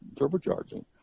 turbocharging